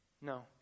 no